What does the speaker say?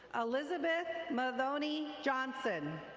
elizabeth mavony johnson.